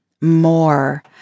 more